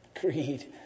greed